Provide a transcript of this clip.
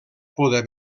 poder